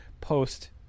post